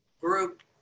group